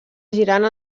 girant